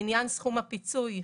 לעניין סכום הפיצוי,